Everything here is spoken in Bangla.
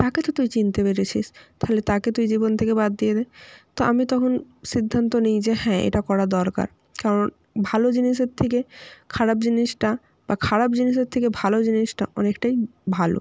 তাকে তো তুই চিনতে পেরেছিস তাহলে তাকে তুই জীবন থেকে বাদ দিয়ে দে তো আমি তখন সিদ্ধান্ত নিই যে হ্যাঁ এটা করা দরকার কারণ ভালো জিনিসের থেকে খারাপ জিনিসটা বা খারাপ জিনিসের থেকে ভালো জিনিসটা অনেকটাই ভালো